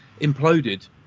imploded